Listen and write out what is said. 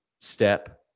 step